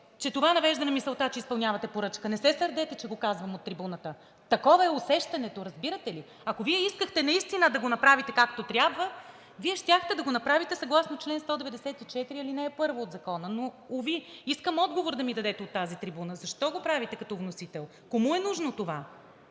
че това навежда на мисълта, че изпълнявате поръчка. Не се сърдете, че го казвам от трибуната. Такова е усещането, разбирате ли? Ако Вие искахте наистина да го направите както трябва, Вие щяхте да го направите съгласно чл. 194, ал. 1 от Закона. Но уви, искам отговор да ми дадете от тази трибуна: защо го правите като вносител? Кому е нужно това?